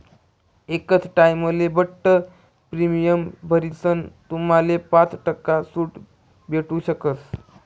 एकच टाइमले बठ्ठ प्रीमियम भरीसन तुम्हाले पाच टक्का सूट भेटू शकस